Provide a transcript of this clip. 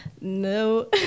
no